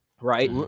Right